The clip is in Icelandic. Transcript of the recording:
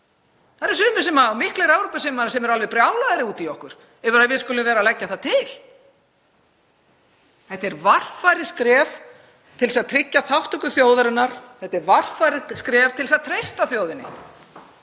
Það eru sumir miklir Evrópusinnar sem eru alveg brjálaðir út í okkur yfir því að við skulum vera að leggja það til. Þetta er varfærið skref til þess að tryggja þátttöku þjóðarinnar. Þetta er varfærið skref til þess að treysta þjóðinni.